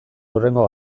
hurrengo